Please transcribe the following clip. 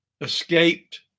escaped